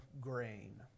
grain